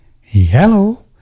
Hello